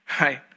Right